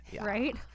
right